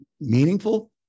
meaningful